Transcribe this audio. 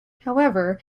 however